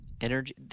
Energy